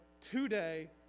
today